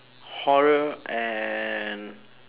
horror and